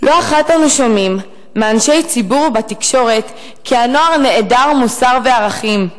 לא אחת אנו שומעים מאנשי ציבור ובתקשורת כי הנוער נעדר מוסר וערכים.